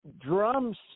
drums